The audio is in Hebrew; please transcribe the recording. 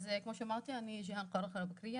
אני ג'יהאן קראקרה-בכריה.